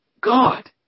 God